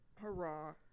Hurrah